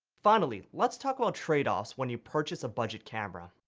finally let's talk about tradeoffs when you purchase a budget camera.